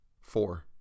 Four